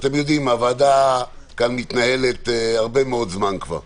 הוועדה כאן מתנהלת הרבה מאוד זמן כבר,